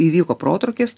įvyko protrūkis